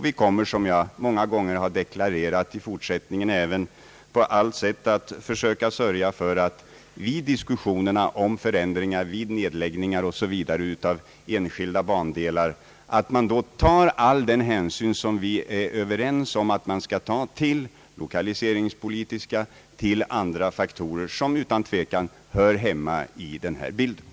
Vi kommer, som jag många gånger har deklarerat, att i fortsättningen även på allt sätt söka sörja för att det vid prövningen av frågor om förändringar till följd av nedläggningar osv. av enskilda bandelar tas all den hänsyn som vi är överens om bör tas till lokaliseringspolitiska och andra synpunkter, som utan tvekan bör beaktas i detta sammanhang.